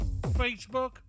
Facebook